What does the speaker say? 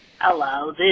Hello